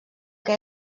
que